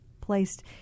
placed